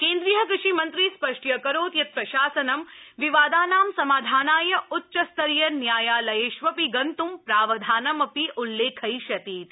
केन्द्रीय कृषि मन्त्री स्पष्ट्यकरोत यत प्रशासनं विवादानां समाधानाय उच्च्स्तरीय न्यायलयेष्वपि गन्तुं प्रावधानं अपि उल्लेखयिष्यति इति